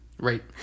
right